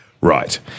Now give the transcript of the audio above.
Right